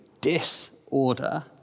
disorder